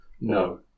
No